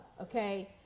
okay